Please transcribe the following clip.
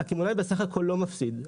הקמעונאי בסך הכל לא מפסיד,